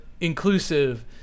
inclusive